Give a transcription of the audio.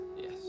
Yes